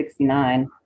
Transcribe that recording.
1969